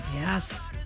Yes